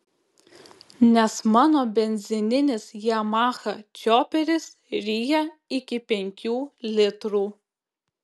nes mano benzininis yamaha čioperis ryja iki penkių litrų